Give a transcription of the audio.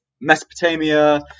Mesopotamia